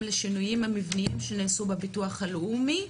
לשינויים המבניים שנעשו בביטוח הלאומי,